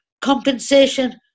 compensation